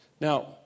Now